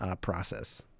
process